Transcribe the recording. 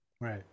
right